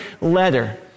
letter